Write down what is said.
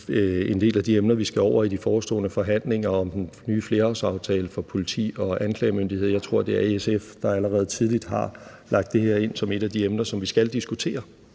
en del af de emner, vi skal behandle i de forestående forhandlinger om den nye flerårsaftale for politi og anklagemyndighed. Jeg tror, det er SF, der allerede tidligt har lagt det her ind som et af de emner, som vi skal diskutere